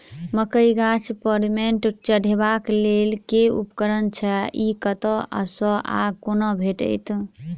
मकई गाछ पर मैंट चढ़ेबाक लेल केँ उपकरण छै? ई कतह सऽ आ कोना भेटत?